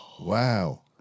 Wow